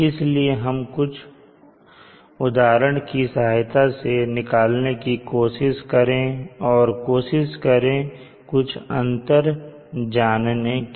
इसलिए हम कुछ उदाहरण की सहायता से निकालने की कोशिश करें और कोशिश करें कुछ अंदर जाने की